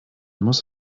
muss